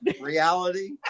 reality